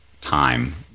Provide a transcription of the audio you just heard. time